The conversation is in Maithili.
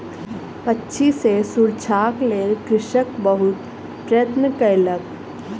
पक्षी सॅ सुरक्षाक लेल कृषक बहुत प्रयत्न कयलक